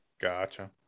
Gotcha